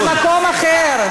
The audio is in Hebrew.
המצלמה כבר במקום אחר.